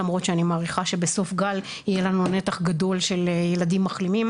למרות שאני מעריכה שבסוף הגל יהיה לנו נתח גדול של ילדים מחלימים,